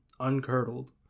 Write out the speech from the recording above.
uncurdled